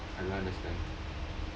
I don't understand